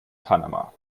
panama